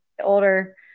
older